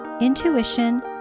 intuition